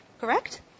Correct